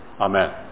Amen